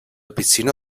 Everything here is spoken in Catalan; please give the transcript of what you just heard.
piscina